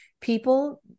people